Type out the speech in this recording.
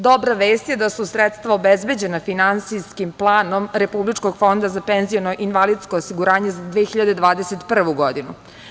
Dobra vest je da su sredstva obezbeđena finansijskim planom Republičkog fonda za penziono-invalidsko osiguranje za 2021. godinu.